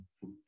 food